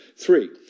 Three